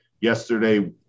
Yesterday